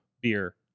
beer